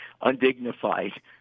undignified